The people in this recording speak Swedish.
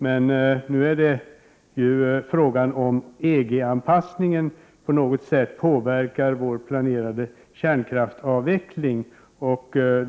Men nu är ju frågan, om EG-anpassningen på något sätt påverkar vår planerade kärnkraftsavveckling.